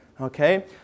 Okay